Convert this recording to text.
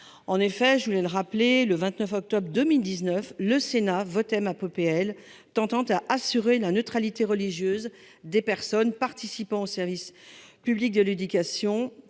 En effet, je tiens à le rappeler, le 29 octobre 2019, le Sénat votait ma proposition de loi tendant à assurer la neutralité religieuse des personnes concourant au service public de l'éducation,